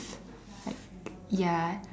like ya